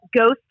Ghost